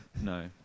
no